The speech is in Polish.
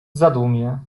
zadumie